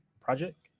project